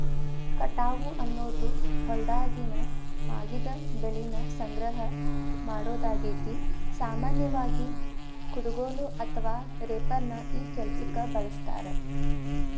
ಕಟಾವು ಅನ್ನೋದು ಹೊಲ್ದಾಗಿನ ಮಾಗಿದ ಬೆಳಿನ ಸಂಗ್ರಹ ಮಾಡೋದಾಗೇತಿ, ಸಾಮಾನ್ಯವಾಗಿ, ಕುಡಗೋಲು ಅಥವಾ ರೇಪರ್ ನ ಈ ಕೆಲ್ಸಕ್ಕ ಬಳಸ್ತಾರ